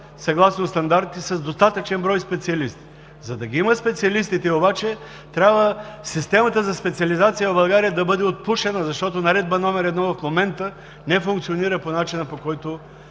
съгласно стандартите с достатъчен брой специалисти. За да ги има специалистите обаче, трябва системата за специализация в България да бъде отпушена, защото Наредба № 1 в момента не функционира по начина, по който